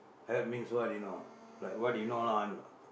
help means what you know like what you know lah I'm